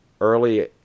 early